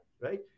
right